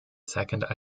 second